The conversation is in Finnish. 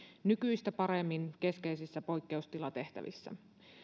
nykyistä paremmin keskeisissä poikkeustilatehtävissä